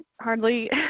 hardly